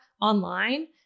online